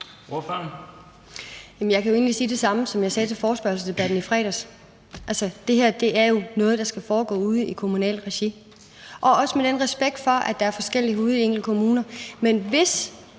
Jeg kan jo egentlig sige det samme, som jeg sagde til forespørgselsdebatten i fredags, nemlig at det her jo er noget, der skal foregå ude i kommunalt regi, og også med den respekt for, at der er forskelligheder ude i de enkelte kommuner.